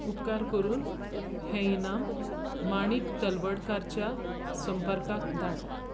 उपकार करून हें इनाम माणिक तलवडकारच्या संपर्काक धाड